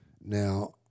Now